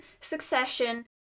succession